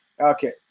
Okay